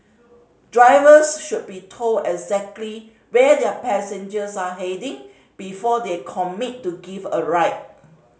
drivers should be told exactly where their passengers are heading before they commit to giving a ride